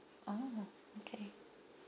oh okay